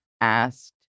asked